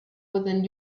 within